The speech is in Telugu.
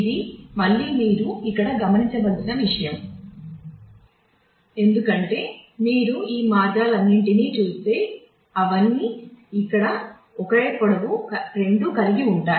ఇది మళ్ళీ మీరు ఇక్కడ గమనించవలసిన విషయం ఎందుకంటే మీరు ఈ మార్గాలన్నింటినీ చూస్తే అవన్నీ ఇక్కడ ఒకే పొడవు 2 కలిగి ఉంటాయి